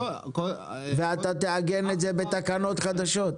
ואתה תעגן את זה בתקנות חדשות?